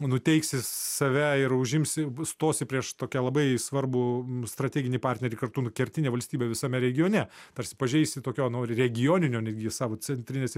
nuteiksi save ir užimsi stosi prieš tokią labai svarbų strateginį partnerį kartu nu kertinė valstybė visame regione tarsi pažeisi tokio nu regioninio netgi savo centrinės